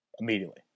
immediately